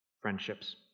friendships